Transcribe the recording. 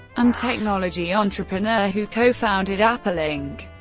and technology entrepreneur who co-founded apple inc.